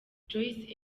joyce